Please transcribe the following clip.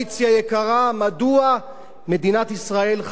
מדוע מדינת ישראל חייבת בחירות,